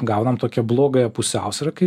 gaunam tokią blogąją pusiausvyrą kai